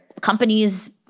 companies